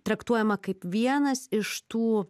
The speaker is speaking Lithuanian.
traktuojama kaip vienas iš tų